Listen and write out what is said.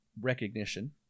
recognition